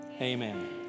amen